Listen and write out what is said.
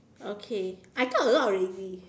okay I talked a lot already